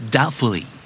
Doubtfully